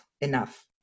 enough